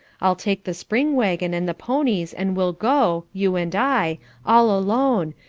i'll take the spring waggon and the ponies, and we'll go you and i all alone,